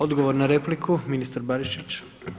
Odgovor na repliku ministar Barišić.